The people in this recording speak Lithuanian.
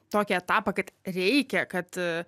tokį etapą kad reikia kad